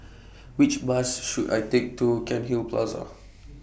Which Bus should I Take to Cairnhill Plaza